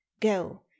go